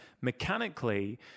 mechanically